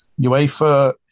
UEFA